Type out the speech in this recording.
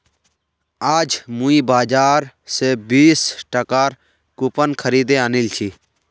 आज मुई बाजार स बीस टकार कूपन खरीदे आनिल छि